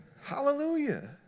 hallelujah